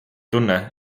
tunne